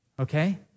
Okay